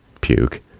puke